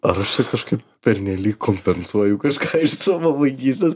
ar aš taip kažkaip pernelyg kompensuoju kažką iš savo vaikystės